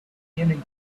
beginning